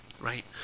Right